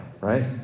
right